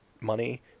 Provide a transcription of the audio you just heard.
money